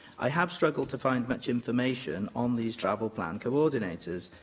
i have struggled to find much information on these travel plan co-ordinators.